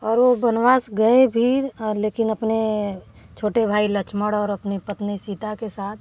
और वो बनवास गए फिर और लेकिन अपने छोटे भाई लक्ष्मण और अपनी पत्नी सीता के साथ